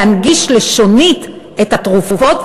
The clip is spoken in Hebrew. להנגיש לשונית את התרופות,